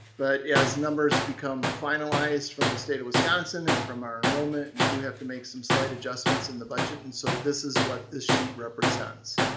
but as numbers become finalized from the state of wisconsin and from our enrollment, we do have to make some slight adjustments in the budget, and so this is what this sheet represents.